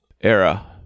era